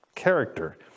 Character